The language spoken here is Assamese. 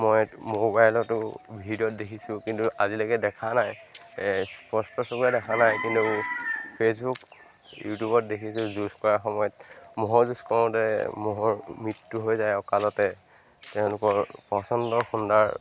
মই মোবাইলতো ভিডিঅ'ত দেখিছোঁ কিন্তু আজিলৈকে দেখা নাই স্পষ্ট চকুৰে দেখা নাই কিন্তু ফে'চবুক ইউটিউবত দেখিছোঁ যুঁজ কৰাৰ সময়ত ম'হৰ যুঁজ কৰোঁতে ম'হৰ মৃত্যু হৈ যায় অঁকালতে তেওঁলোকৰ প্ৰচণ্ড খুন্দাৰ